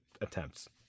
attempts